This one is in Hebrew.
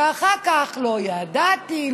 ואחר כך: לא ידעתי,